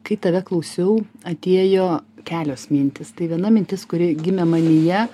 kai tave klausiau atėjo kelios mintys tai viena mintis kuri gimė manyje